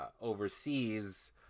overseas